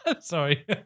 Sorry